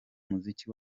muziki